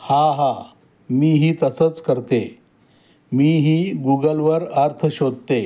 हा हा मीही तसंच करते मीही गुगलवर अर्थ शोधते